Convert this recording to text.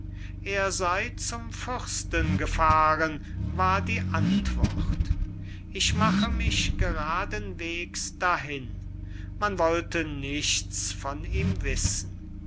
er sey zum fürsten gefahren war die antwort ich mache mich geradenwegs dahin man wollte nichts von ihm wissen